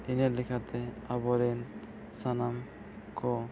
ᱤᱱᱟᱹ ᱞᱮᱠᱟᱛᱮ ᱟᱵᱚᱨᱮᱱ ᱥᱟᱱᱟᱢ ᱠᱚ